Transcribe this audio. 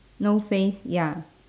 no face ya